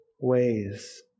ways